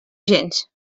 gens